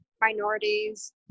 minorities